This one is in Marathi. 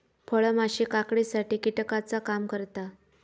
फळमाशी काकडीसाठी कीटकाचा काम करता